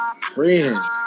friends